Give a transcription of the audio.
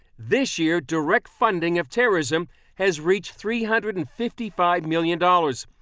this year direct funding of terrorism has reached three hundred and fifty five million dollars,